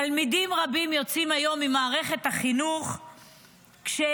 תלמידים רבים יוצאים היום ממערכת החינוך כשאינם